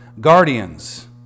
guardians